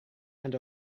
and